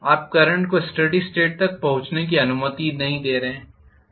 आप करंट को steady state तक पहुंचने की अनुमति नहीं दे रहे हैं